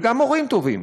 וגם מורים טובים,